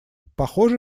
похоже